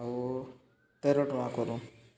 ଆଉ ତେର ଟଙ୍କା କରୁନ୍